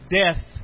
death